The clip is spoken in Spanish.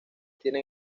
tienen